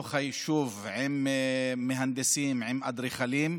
בתוך היישוב, עם מהנדסים, עם אדריכלים,